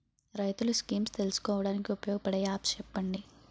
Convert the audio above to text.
రైతులు స్కీమ్స్ తెలుసుకోవడానికి ఉపయోగపడే యాప్స్ చెప్పండి?